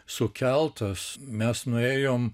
sukeltas mes nuėjom